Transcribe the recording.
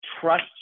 trust